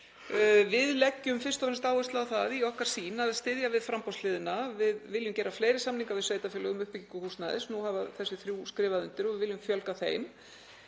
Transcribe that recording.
Við leggjum fyrst og fremst áherslu á það í okkar sýn að styðja við framboðshliðina. Við viljum gera fleiri samninga við sveitarfélög um uppbyggingu húsnæðis. Nú hafa þessi þrjú skrifað undir og við viljum fjölga þeim.